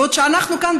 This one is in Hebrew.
בעוד אנחנו כאן,